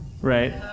right